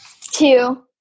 two